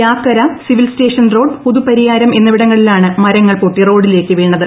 യാക്കര civil station road പുതുപ്പരിയിട്ടരം എന്നിവിടങ്ങളിലാണ് മരങ്ങൾ പൊട്ടി റോഡിലേക്ക് വീണത്